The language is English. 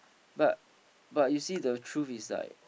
but but you see the truth is like